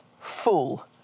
fool